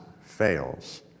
fails